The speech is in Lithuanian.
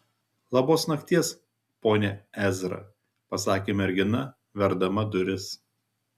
labos nakties pone ezra pasakė mergina verdama duris